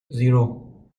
zero